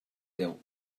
teu